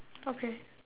okay